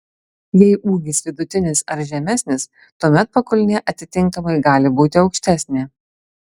jei ūgis vidutinis ar žemesnis tuomet pakulnė atitinkamai gali būti aukštesnė